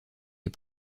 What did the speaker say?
les